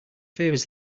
favours